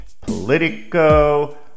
Politico